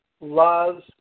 loves